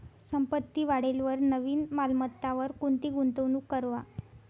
संपत्ती वाढेलवर नवीन मालमत्तावर कोणती गुंतवणूक करवा